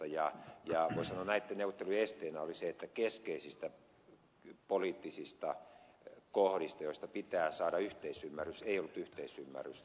voisi sanoa näin että neuvottelujen esteenä oli se että keskeisistä poliittisista kohdista joista pitää saada yhteisymmärrys ei ollut yhteisymmärrystä